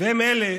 והם אלה